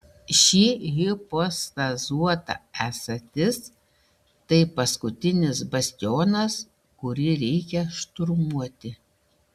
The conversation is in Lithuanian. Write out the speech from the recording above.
ši hipostazuota esatis tai paskutinis bastionas kurį reikia šturmuoti